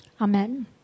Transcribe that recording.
Amen